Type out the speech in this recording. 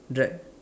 right